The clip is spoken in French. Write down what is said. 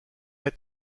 est